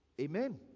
Amen